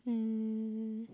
um